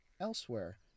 Elsewhere